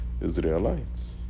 Israelites